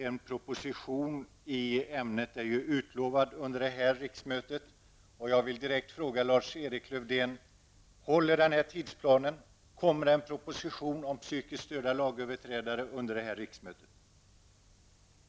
En proposition i ämnet är utlovad under detta riksmöte, och jag vill direkt fråga Lars-Erik Lövdén: Håller tidsplanen, kommer en proposition om psykiskt störda lagöverträdare under detta riksmöte?